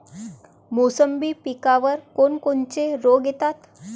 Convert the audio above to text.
मोसंबी पिकावर कोन कोनचे रोग येतात?